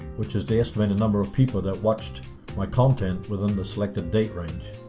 which is the estimated number of people that watched my content within the selected date range.